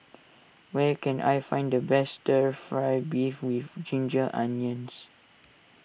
where can I find the best Stir Fry Beef with Ginger Onions